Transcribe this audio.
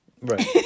Right